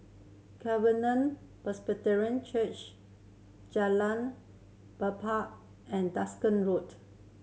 Covenant Presbyterian Church Jalan and Road